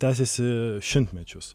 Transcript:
tęsėsi šimtmečius